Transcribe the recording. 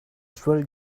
swell